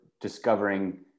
discovering